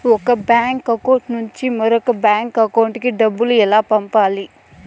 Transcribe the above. ఒక bank account నుంచి మరొక బ్యాంకు అకౌంట్ కు డబ్బు ఎలా పంపాలి